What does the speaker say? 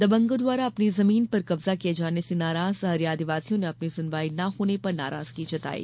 दबंगों द्वारा अपनी ॅजमीन पर कब्जा किए जाने से नाराज सहरिया आदिवासियों ने अपनी सुनवाई न होने पर नाराजगी जताई